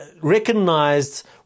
recognized